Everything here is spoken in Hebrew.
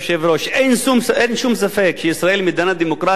אין שום ספק שישראל מדינה דמוקרטית.